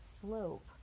slope